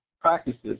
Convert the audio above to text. practices